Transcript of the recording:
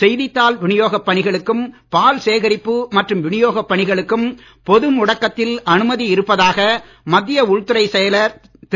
செய்தித்தாள் வினியோகப் பணிகளுக்கும் பால் சேகரிப்பு மற்றும் வினியோகப் பணிகளுக்கும் பொது முடக்கத்தில் அனுமதி இருப்பதாக மத்திய உள்துறை செயலர் திரு